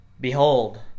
Behold